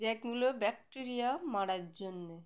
যেগুলো ব্যাক্টেরিয়া মারার জন্যে